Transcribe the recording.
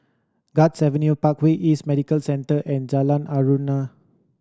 Guards Avenue Parkway East Medical Centre and Jalan Aruan